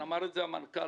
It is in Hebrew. אמר את זה מנכ"ל